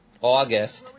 August